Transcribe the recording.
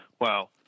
Wow